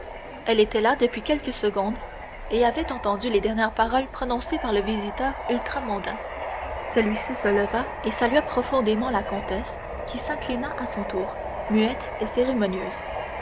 elle était là depuis quelques secondes et avait entendu les dernières paroles prononcées par le visiteur ultramontain celui-ci se leva et salua profondément la comtesse qui s'inclina à son tour muette et cérémonieuse